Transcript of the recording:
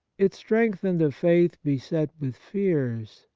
it strengthened a faith beset with fears,